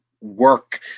work